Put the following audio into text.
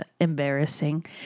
embarrassing